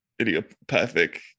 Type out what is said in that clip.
idiopathic